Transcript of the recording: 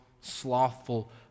slothful